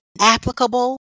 applicable